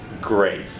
great